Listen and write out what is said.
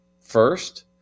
first